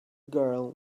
girl